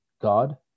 God